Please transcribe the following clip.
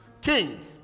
king